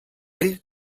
ell